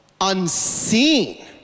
unseen